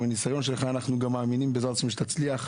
הניסיון שלך אנחנו גם מאמינים שתצליח,